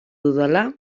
dudala